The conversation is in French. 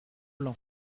blancs